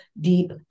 deep